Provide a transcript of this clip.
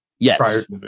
Yes